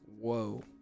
Whoa